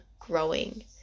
growing